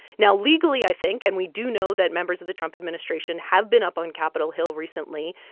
now, legally, i think and we do know that members of the trump administration have been up on capitol hill recently,